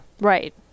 Right